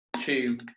two